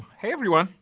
hey everyone!